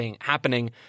happening